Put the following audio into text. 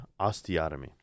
osteotomy